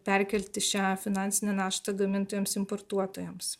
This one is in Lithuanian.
perkelti šią finansinę naštą gamintojams importuotojams